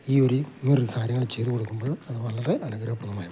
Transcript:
ഈ ഒരു ഇതു പോലൊരു കാര്യങ്ങൾ ചെയ്ത് കൊടുക്കുമ്പോൾ അത് വളരെ അനുഗ്രഹപ്രദമായും